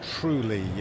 truly